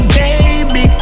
baby